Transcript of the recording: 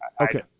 okay